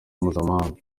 mpuzamahanga